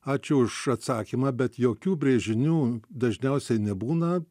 ačiū už atsakymą bet jokių brėžinių dažniausiai nebūna